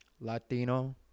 Latino